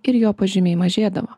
ir jo pažymiai mažėdavo